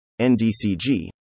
NDCG